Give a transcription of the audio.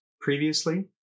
previously